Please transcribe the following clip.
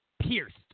pierced